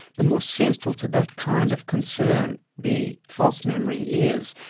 the more central to that kind of concern the false memory is,